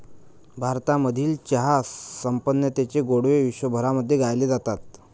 भारतामधील चहा संपन्नतेचे गोडवे विश्वभरामध्ये गायले जातात